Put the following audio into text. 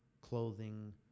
clothing